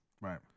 Right